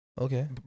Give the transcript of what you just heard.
Okay